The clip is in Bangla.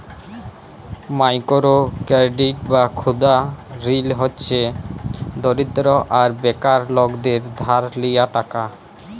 মাইকোরো কেরডিট বা ক্ষুদা ঋল হছে দরিদ্র আর বেকার লকদের ধার লিয়া টাকা